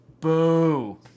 Boo